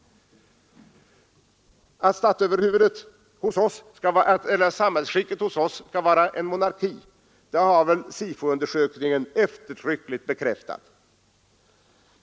Att samhällsskicket hos oss skall vara en monarki har väl SIFO-undersökningen eftertryckligt bekräftat.